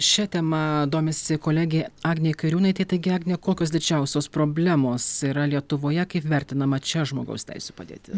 šia tema domisi kolegė agnė kairiūnaitė taigi agne kokios didžiausios problemos yra lietuvoje kaip vertinama čia žmogaus teisių padėtis